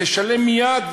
תשלם מייד,